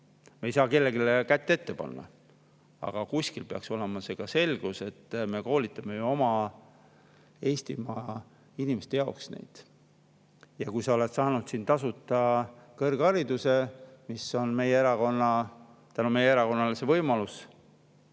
Me ei saa kellelegi kätt ette panna. Aga kuskil peaks olema see selgus, et me koolitame ju oma Eestimaa inimeste jaoks neid. Ja kui ta on saanud siin tasuta kõrghariduse – see võimalus on tänu meie erakonnale –,